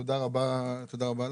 תודה רבה לך.